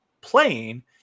playing